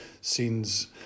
scenes